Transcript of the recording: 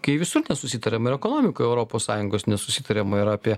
kai visur nesusitariama ir ekonomikoj europos sąjungos nesusitariama yra apie